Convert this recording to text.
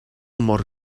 mor